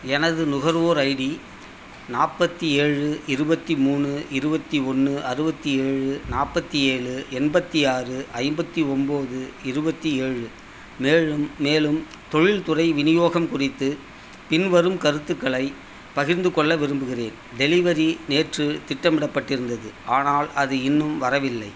எனது நுகர்வோர் ஐடி நாற்பத்தி ஏழு இருபத்தி மூணு இருபத்தி ஒன்று அறுபத்தி ஏழு நாற்பத்தி ஏழு எண்பத்து ஆறு ஐம்பத்து ஒம்பது இருபத்தி ஏழு மேலும் மேலும் தொழில்துறை விநியோகம் குறித்து பின்வரும் கருத்துக்களைப் பகிர்ந்துக்கொள்ள விரும்புகிறேன் டெலிவரி நேற்று திட்டமிடப்பட்டிருந்தது ஆனால் அது இன்னும் வரவில்லை